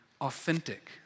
authentic